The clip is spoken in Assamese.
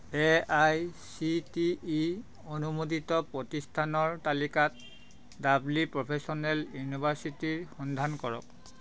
A I C T E অনুমোদিত প্ৰতিষ্ঠানৰ তালিকাত লাভলী প্ৰফেচনেল ইনিভাৰ্চিটিৰ সন্ধান কৰক